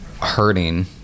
hurting